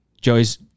Joey's